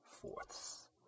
fourths